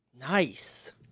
Nice